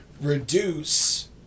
reduce